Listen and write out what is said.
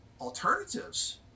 alternatives